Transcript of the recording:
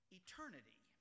eternity